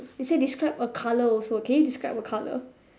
they say describe a colour also can you describe a colour